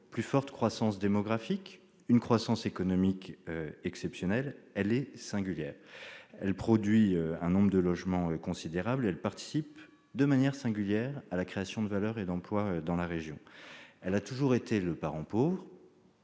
plus forte croissance démographique, ainsi qu'une croissance économique exceptionnelle. La Seine-et-Marne produit un nombre de logements considérable. Elle participe de manière singulière à la création de valeurs et d'emplois dans la région. Or elle a toujours été la parente pauvre,